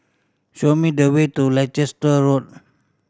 show me the way to Leicester Road